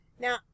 Now